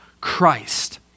Christ